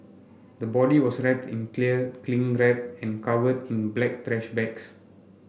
the body was wrapped in clear cling wrap and covered in black trash bags